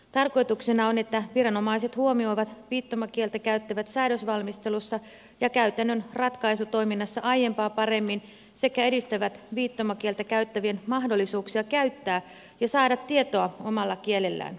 tarkoituksena on että viranomaiset huomioivat viittomakieltä käyttävät säädösvalmistelussa ja käytännön ratkaisutoiminnassa aiempaa paremmin sekä edistävät viittomakieltä käyttävien mahdollisuuksia käyttää ja saada tietoa omalla kielellään